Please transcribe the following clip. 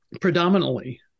predominantly